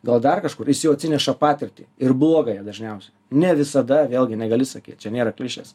gal dar kažkur jis jau atsineša patirtį ir blogąją dažniausiai ne visada vėlgi negali sakyt čia nėra klišės